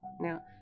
now